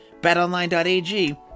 BetOnline.ag